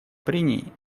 прений